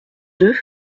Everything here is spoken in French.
deux